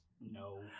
No